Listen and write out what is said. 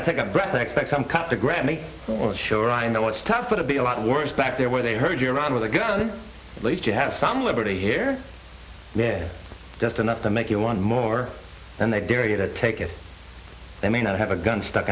i take a breath expect some cop the grammy for sure i know what's tough but to be a lot worse back there where they heard you around with a gun at least you have some liberty here they're just enough to make you want more and they dare you to take it they may not have a gun stuck